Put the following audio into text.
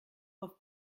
auf